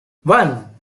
one